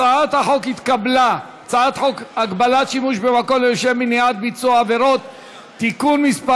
הצעת חוק הגבלת שימוש במקום לשם מניעת ביצוע עבירות (תיקון מס'